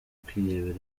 kwirebera